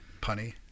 punny